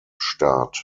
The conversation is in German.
staat